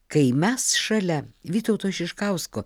kai mes šalia vytauto šiškausko